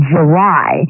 July